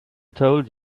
told